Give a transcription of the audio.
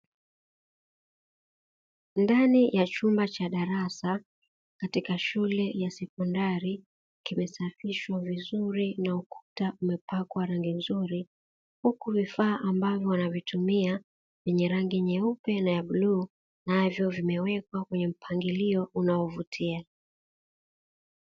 Ndani ya chumba cha darasa katika shule ya sekondari, kimesafishwa vizuri na ukuta umepakwa rangi nzuri, huku vifaa ambavyo wanavitumia vyenye rangi nyeupe na ya bluu, navyo vimewekwa kwenye mpangilio unaovutia.